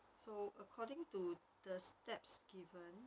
so according to the steps given